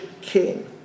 king